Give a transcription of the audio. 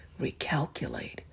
recalculate